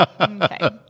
Okay